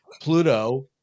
Pluto